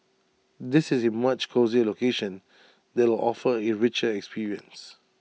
this is A much cosier location that will offer A richer experience